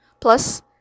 Plus